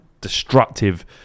destructive